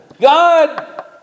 God